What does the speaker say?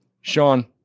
Sean